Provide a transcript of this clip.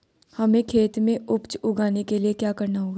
हमें खेत में उपज उगाने के लिये क्या करना होगा?